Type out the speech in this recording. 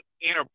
inner